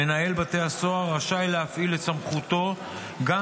מנהל בית הסוהר רשאי להפעיל את סמכותו גם